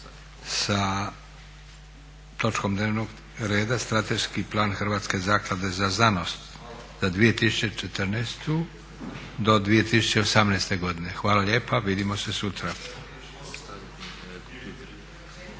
sa točkom dnevnog reda Strateški plan Hrvatske zaklade za znanost za 2014. do 2018. godine. Hvala lijepa. Vidimo se sutra.